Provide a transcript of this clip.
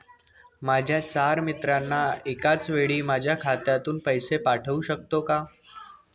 माझ्या चार मित्रांना एकाचवेळी माझ्या खात्यातून पैसे पाठवू शकतो का?